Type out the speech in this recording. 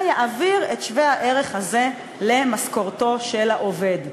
ויעביר את שווה הערך הזה למשכורתו של העובד.